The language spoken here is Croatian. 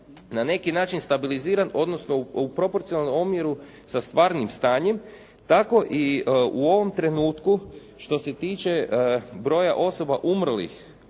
na neki način stabiliziran, odnosno u proporcionalnom omjeru sa stvarnim stanjem tako i u ovom trenutku što se tiče broja osoba umrlih